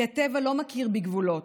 כי הטבע לא מכיר בגבולות,